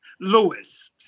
Lewis